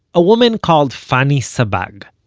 a woman called fanny sabag